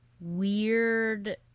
weird